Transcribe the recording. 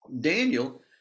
Daniel